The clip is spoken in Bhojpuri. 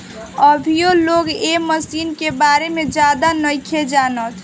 अभीयो लोग ए मशीन के बारे में ज्यादे नाइखे जानत